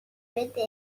بده